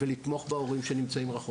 ולתמוך בהורים שנמצאים רחוק.